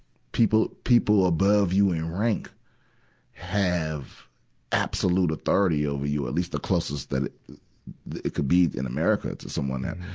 people, people above you in rank have absolute authority over you, at least the closest that it, it could be in america to someone that,